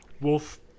wolf